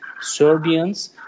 Serbians